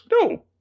No